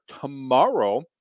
tomorrow